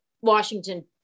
Washington